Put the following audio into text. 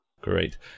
Great